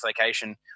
location